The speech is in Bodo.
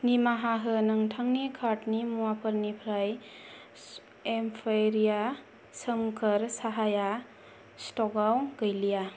निमाहा हो नोंथांनि कार्टनि मुवाफोरनिफ्राय एम्पेरिया सोमखोर साहाया स्ट'कआव गैलिया